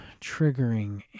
triggering